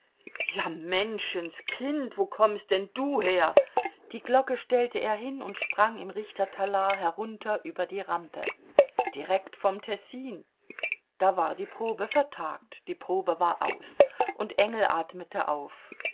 ja menschenskind wo kommst denn du her die glocke stellte er hin und sprang im richtertalar herunter über die rampe direkt vom tessin da war die probe vertagt die probe war aus und engel atmete auf